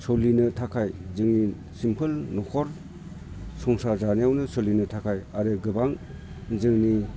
सोलिनो थाखाय जों सिमफोल न'खर संसार जानायावनो जोंनो थाखाय आरो गोबां जोंनि